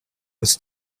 was